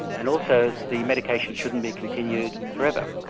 and also the medication shouldn't be continued forever.